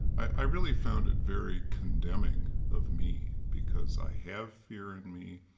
i really found it very condemning of me because i have fear in me.